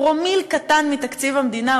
פרומיל קטן מתקציב המדינה,